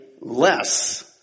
less